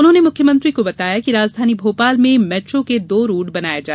उन्होंने मुख्यमंत्री को बताया कि राजधानी भोपाल में मैट्रो के दो रूट बनाये जा रहे हैं